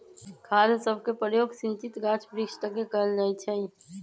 खाद सभके प्रयोग सिंचित गाछ वृक्ष तके कएल जाइ छइ